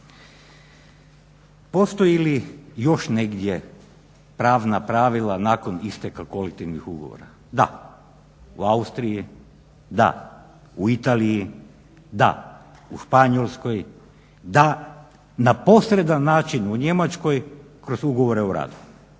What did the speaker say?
Postoji li još negdje pravna pravila nakon isteka kolektivnih ugovora? Da, u Austriji da, u Italiji da, u Španjolskoj da. Na posredan način u Njemačkoj kroz ugovore o radu,